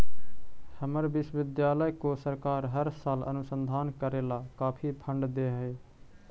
हमर विश्वविद्यालय को सरकार हर साल अनुसंधान करे ला काफी फंड दे हई